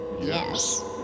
Yes